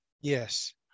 Yes